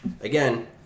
again